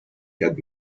had